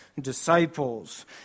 disciples